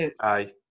aye